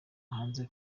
hanze